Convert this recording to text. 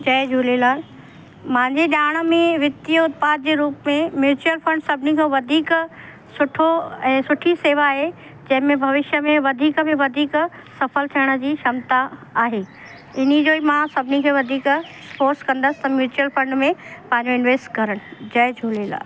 जय झूलेलाल मुंहिंजे ॼाण में वित्तीय उत्पाद जे रूप में म्यूचुअल फंड सभिनी खां वधीक सुठो ऐं सुठी शेवा आहे जंहिंमें भविष्य में वधीक में वधीक सफ़ल थियण जी क्षमता आहे इन ई जो ई मां सभिनी खे वधीक फोर्स कंदसि त म्यूचुअल फंड में पंहिंजो इंवेस्ट कनि जय झूलेलाल